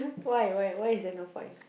why why why is there no point